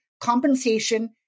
compensation